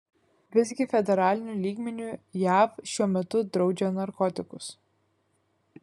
visgi federaliniu lygmeniu jav šiuo metu draudžia narkotikus